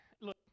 look